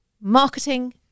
marketing